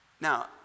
Now